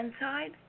inside